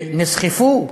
שנסחפו ונהרגו,